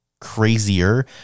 crazier